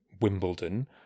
Wimbledon